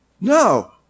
No